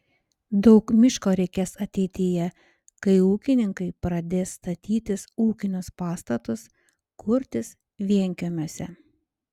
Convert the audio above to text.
daug miško reikės ateityje kai ūkininkai pradės statytis ūkinius pastatus kurtis vienkiemiuose